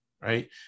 right